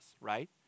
right